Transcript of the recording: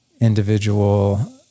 individual